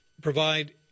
provide